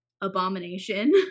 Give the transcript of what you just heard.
Abomination